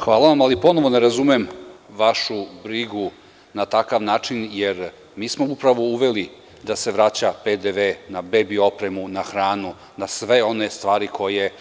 Hvala vam, ali ponovo ne razumem vašu brigu na takav način jer mi smo upravo uveli da se vraća PDV na bebi opremu, na hranu, na sve one stvari koje